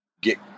get